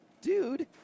dude